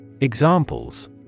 Examples